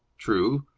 true,